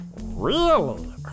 Real